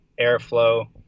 airflow